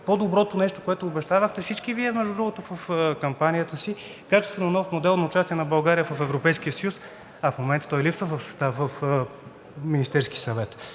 по-доброто нещо, което обещавахте всички Вие, между другото, в кампанията си – качествено нов модел на участие на България в Европейския съюз, а в момента той липсва в Министерския съвет?